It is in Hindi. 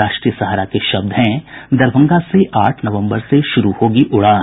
राष्ट्रीय सहारा के शब्द है दरभंगा से आठ नवम्बर से शुरू होगी उड़ान